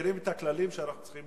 מכירים את הכללים שאנחנו צריכים